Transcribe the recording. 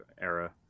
era